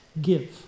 Give